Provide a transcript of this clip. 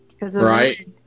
right